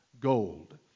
gold